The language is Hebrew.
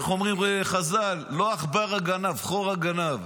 איך אומרים חז"ל: לאו עכברא גנב אלא חורא גנב.